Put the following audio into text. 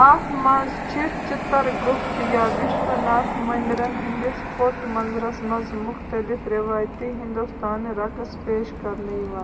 اَتھ منٛز چھِ چِتَرگُپت یا وِشوٕناتھ منٛدرن ہِنٛدِس پوٚت منظَرس منٛز مُختلِف رٮ۪وٲیتی ہِنٛدوستانہٕ رقص پیش کرنہٕ یِوان